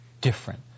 different